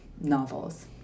novels